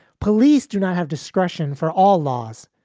police do not have discretion for all laws.